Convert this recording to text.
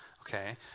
okay